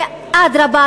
אדרבה,